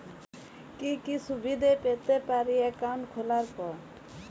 কি কি সুবিধে পেতে পারি একাউন্ট খোলার পর?